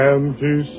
Empty